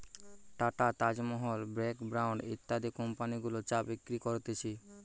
tata, Taj Mahal, Brooke Bond ইত্যাদি company গুলা চা বিক্রি করতিছে